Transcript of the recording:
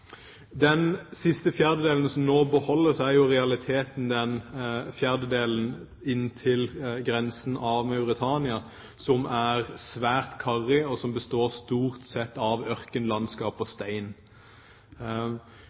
Den siste fjerdedelen, som nå beholdes, ligger inntil grensen av Mauritania, som er svært karrig, består stort sett av ørkenlandskap og